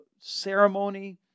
ceremony